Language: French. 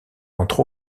entre